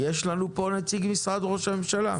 יש לנו פה נציג משרד ראש הממשלה?